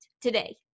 today